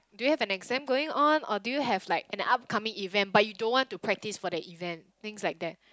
do you have an exam going on or do you have like an upcoming event but you don't want to practise for that event things like that